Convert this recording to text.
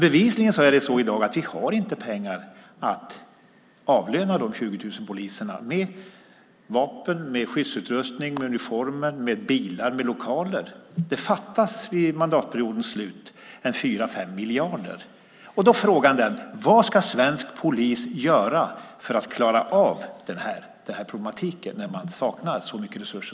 Bevisligen har vi inte pengar att avlöna de 20 000 poliserna och förse dem med vapen, skyddsutrustning, uniformer, bilar och lokaler. Det fattas vid mandatperiodens slut 4-5 miljarder. Vad ska svensk polis göra för att klara av problemet när man saknar så mycket resurser?